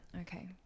okay